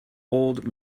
old